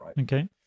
Okay